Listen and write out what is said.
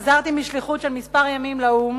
חזרתי משליחות של כמה ימים באו"ם,